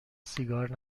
سیگار